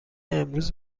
امروز